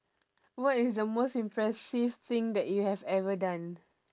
what is the most impressive thing that you have ever done